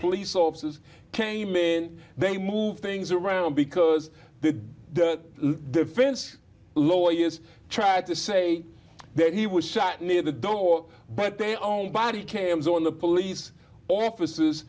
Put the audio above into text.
police officers came in they moved things around because the defense lawyers tried to say that he was shot near the door but they own body cams on the police officers